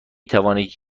توانید